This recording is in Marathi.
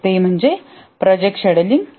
तर ते म्हणजे प्रोजेक्ट शेड्युलिंग